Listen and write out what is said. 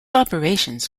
operations